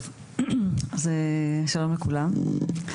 טוב, אז שלום לכולם.